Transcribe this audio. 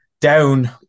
down